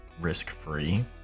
risk-free